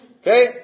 Okay